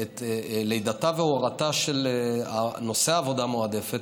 לידתו והורתו של נושא עבודה מועדפת,